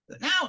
Now